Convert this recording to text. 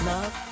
Love